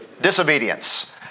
Disobedience